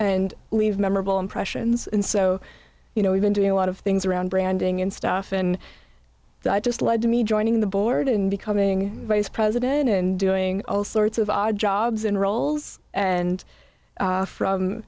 and leave memorable impressions and so you know we've been doing a lot of things around branding and stuff in just led to me joining the board in becoming vice president and doing all sorts of odd jobs in roles and from